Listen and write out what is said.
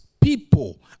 people